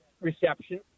reception